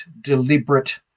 deliberate